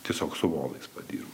tiesiog su volais padirbu